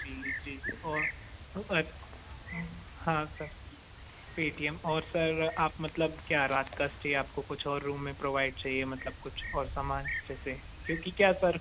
जी जी और हाँ सर पेटीएम और सर आप मतलब क्या रात का स्टे आपको कुछ और रूम में प्रोवाइड चाहिए मतलब कुछ और सामान जैसे क्योंकि क्या सर